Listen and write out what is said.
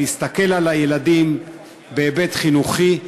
להסתכל על הילדים בהיבט חינוכי,